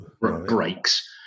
breaks